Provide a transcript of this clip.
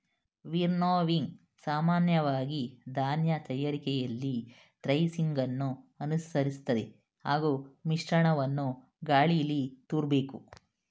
winnowing ಸಾಮಾನ್ಯವಾಗಿ ಧಾನ್ಯ ತಯಾರಿಕೆಯಲ್ಲಿ ಥ್ರೆಸಿಂಗನ್ನು ಅನುಸರಿಸ್ತದೆ ಹಾಗೂ ಮಿಶ್ರಣವನ್ನು ಗಾಳೀಲಿ ತೂರ್ಬೇಕು